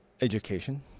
Education